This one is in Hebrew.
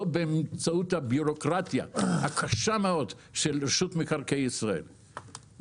לא באמצעות הבירוקרטיה הקשה מאוד של רשות מקרקעי ישראל,